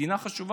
מדינה חשובה,